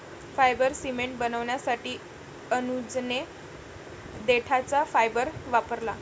fibre cement बनवण्यासाठी अनुजने देठाचा फायबर वापरला